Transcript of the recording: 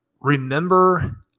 remember